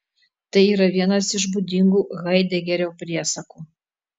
tai yra vienas iš būdingų haidegerio priesakų